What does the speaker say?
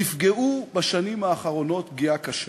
נפגעו בשנים האחרונות פגיעה קשה.